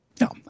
No